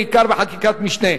בעיקר בחקיקת משנה,